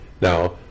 Now